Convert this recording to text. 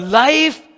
life